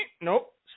nope